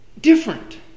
different